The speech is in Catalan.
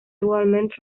igualment